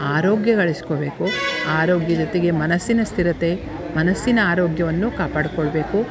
ಆರೋಗ್ಯ ಗಳಿಸ್ಕೊಬೇಕು ಆರೋಗ್ಯ ಜೊತೆಗೆ ಮನಸ್ಸಿನ ಸ್ಥಿರತೆ ಮನಸ್ಸಿನ ಆರೋಗ್ಯವನ್ನು ಕಾಪಾಡಿಕೊಳ್ಬೇಕು